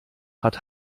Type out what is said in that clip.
hat